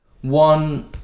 one